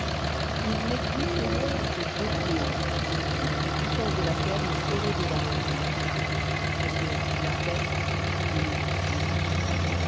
il n'existe au monde que deux fléaux dont toutes les puissances de la terre ne sauraient vous garantir ce sont la peste et les huissiers